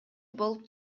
болуп